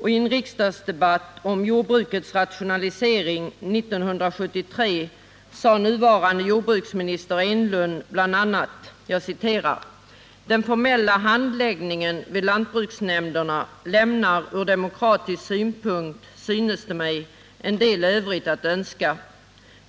och i en riksdagsdebatt om jordbrukets rationalisering 1973 sade nuvarande jordbruksministern Enlund bl.a.: Den formella handläggningen vid lantbruksnämnderna lämnar ur demokratisk synpunkt, synes det mig, en del övrigt att önska.